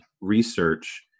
research